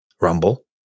Rumble